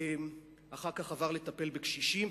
אחר כך הוא עבר לטפל בקשישים,